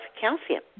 calcium